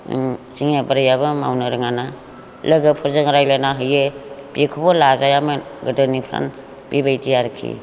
जोंनिया बोराइयाबो मावनो रोङाना लोगोफोरजों रायज्लायना होयो बेखौबो लाजायामोन गोदोनिफ्रा बेबायदि आरोखि